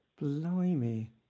Blimey